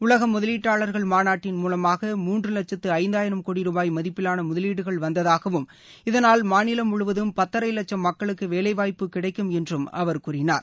உலக முதலீட்டாளா்கள் மாநாட்டின் மூலமாக மூன்று லட்சத்து ஐயாயிரம் கோடி ரூபாய் மதிப்பிலான முதலீடுகள் வந்ததாகவும் இதனால் மாநிலம் முழுவதும் பத்தரை வட்சம் மக்களுக்கு வேலைவாய்ப்பு கிடைக்கும் என்றும் அவர் கூறினார்